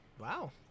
Wow